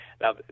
now